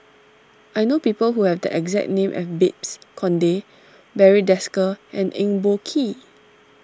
I know people who have the exact name as Babes Conde Barry Desker and Eng Boh Kee